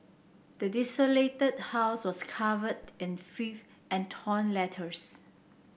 the desolated house was covered in filth and torn letters